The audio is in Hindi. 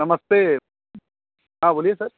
नमस्ते हाँ बोलिए सर